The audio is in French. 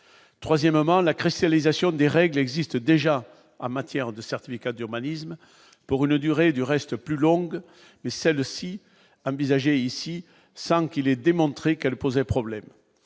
troisièmement la cristallisation des règles existent déjà en matière de certificats d'urbanisme pour une durée du reste plus longue mais celle de a mis ici, sans qu'il ait démontré qu'elle posait problème